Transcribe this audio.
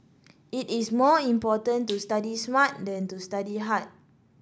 it is more important to study smart than to study hard